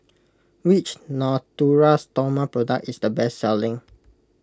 which Natura Stoma product is the best selling